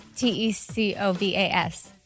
T-E-C-O-V-A-S